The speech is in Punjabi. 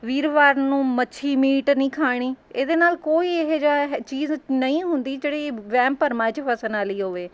ਵੀਰਵਾਰ ਨੂੰ ਮੱਛੀ ਮੀਟ ਨਹੀਂ ਖਾਣੀ ਇਹਦੇ ਨਾਲ਼ ਕੋਈ ਇਹੋ ਜਿਹਾ ਚੀਜ਼ ਨਹੀਂ ਹੁੰਦੀ ਜਿਹੜੀ ਵਹਿਮ ਭਰਮਾਂ 'ਚ ਫਸਣ ਵਾਲੀ ਹੋਵੇ